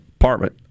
apartment